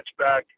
Touchback